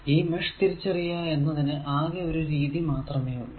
ഈ മെഷ് തിരിച്ചറിയുക എന്നതിന് ആകെ ഒരു രീതി മാത്രമേ ഉള്ളൂ